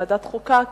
בוועדת חוקה,